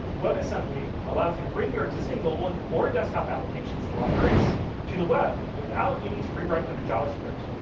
webassembly allows you to bring your existing mobile and or desktop applications and libraries to the web without needing to rewrite them in javascript.